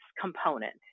component